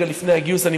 רגע לפני הגיוס.